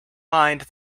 mind